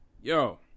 Yo